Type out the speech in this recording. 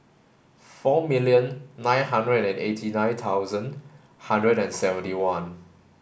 four million nine hundred and eighty nine thousand hundred and seventy one